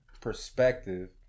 perspective